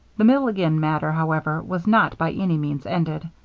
the milligan matter, however, was not by any means ended.